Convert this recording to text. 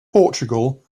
portugal